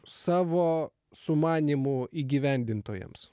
savo sumanymų įgyvendintojams